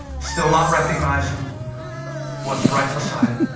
still not recognizing what's right beside